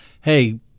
Hey